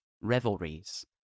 Revelries